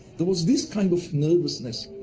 there was this kind of nervousness.